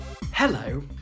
Hello